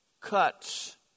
cuts